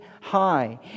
high